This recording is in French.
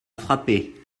frappé